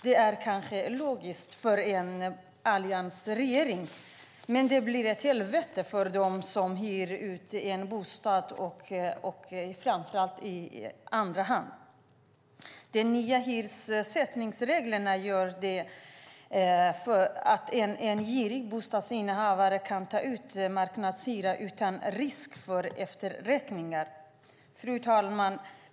Det är kanske logiskt för en alliansregering, men det blir ett helvete för dem som hyr en bostad i framför allt andra hand. De nya hyressättningsreglerna gör att en girig bostadsinnehavare kan ta ut marknadshyra utan risk för efterräkningar. Fru talman!